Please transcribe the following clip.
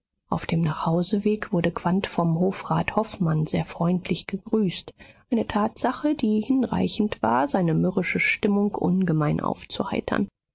auf dem nachhauseweg wurde quandt vom hofrat hofmann sehr freundlich gegrüßt eine tatsache die hinreichend war seine mürrische stimmung ungemein aufzuheitern